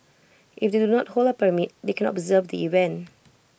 if they do not hold A permit they can observe the event